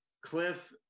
Cliff